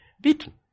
beaten